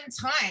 time